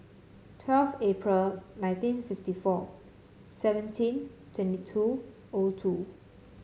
twelve April nineteen fifty four seventeen twenty two O two